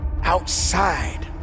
outside